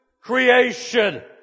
creation